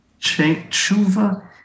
Tshuva